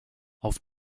auf